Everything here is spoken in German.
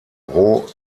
roh